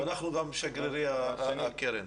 אנחנו גם שגרירי הקרן.